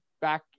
back